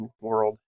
world